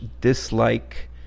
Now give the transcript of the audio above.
dislike